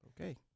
Okay